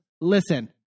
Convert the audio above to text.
listen